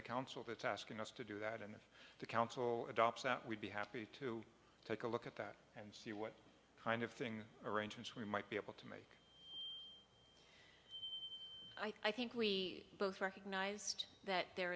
the council that asking us to do that in the council adopt that we'd be happy to take a look at that and see what kind of thing arrangements we might be able to make i think we both recognized that there